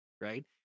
Right